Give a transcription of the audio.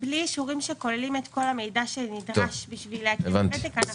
בלי אישורים שכוללים את כל המידע שנדרש לא נוכל,